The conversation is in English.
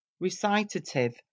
Recitative